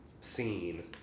scene